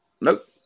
Nope